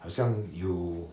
好像有